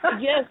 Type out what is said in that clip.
Yes